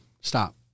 stop